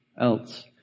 else